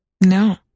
No